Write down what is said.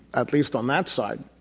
at least on that side,